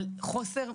על חוסר,